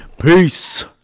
Peace